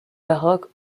baroque